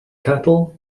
cattle